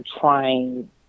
trying